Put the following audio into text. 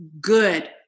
good